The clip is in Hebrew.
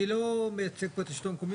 אני לא מייצג פה את השלטון המקומי,